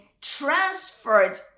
transferred